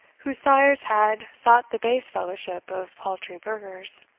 whose sires had sought the base fellowship of paltry burghers,